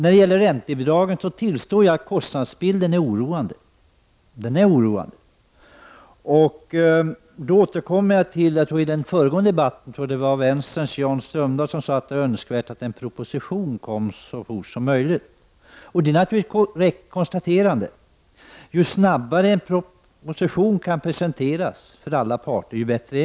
I fråga om räntebidragen tillstår jag att kostnadsbilden är oroande. Jag tror det var Jan Strömdahl från vänsterpartiet som i den föregående debatten sade att det var önskvärt att en proposition lades fram så fort som möjligt. Det är naturligtvis ett korrekt konstaterande. Ju snabbare en proposition kan presenteras för alla parter, desto bättre.